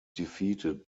defeated